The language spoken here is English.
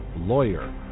lawyer